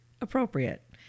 appropriate